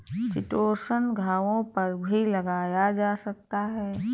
chitosan घावों पर भी लगाया जा सकता है